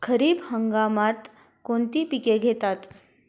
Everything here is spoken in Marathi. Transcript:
खरीप हंगामात कोणती पिके घेतात?